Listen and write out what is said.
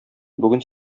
бүген